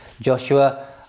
Joshua